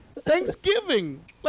Thanksgiving